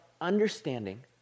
understanding